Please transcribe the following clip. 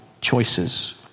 choices